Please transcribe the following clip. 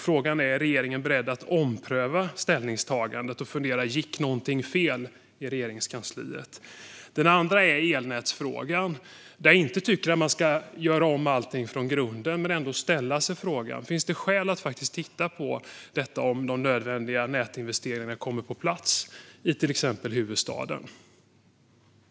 Frågan är: Är regeringen beredd att ompröva ställningstagandet och fundera på om någonting gick fel i Regeringskansliet? Den andra frågan är elnätsfrågan, där jag inte tycker att man ska göra om allting från grunden men ändå ställa sig frågan: Finns det skäl att titta på detta om de nödvändiga nätinvesteringarna kommer på plats i till exempel huvudstaden?